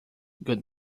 good